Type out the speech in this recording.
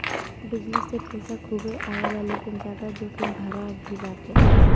business से पईसा खूबे आवेला लेकिन ज्यादा जोखिम भरा भी बाटे